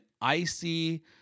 icy